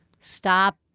stop